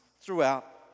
throughout